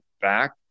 back